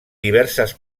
diverses